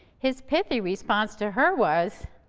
his pithy response to her was,